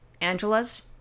Angela's